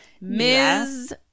Ms